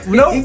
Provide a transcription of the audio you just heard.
no